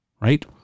right